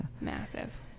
Massive